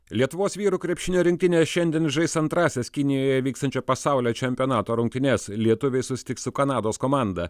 lietuvos vyrų krepšinio rinktinė šiandien žais antrąsias kinijoje vykstančio pasaulio čempionato rungtynes lietuviai susitiks su kanados komanda